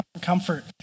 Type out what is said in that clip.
comfort